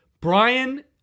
brian